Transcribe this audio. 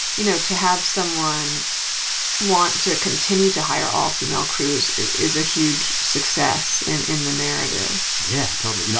you know, to have someone want to continue to hire all-female crews is a huge success in in the narrative yeah, totally. you know,